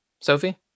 sophie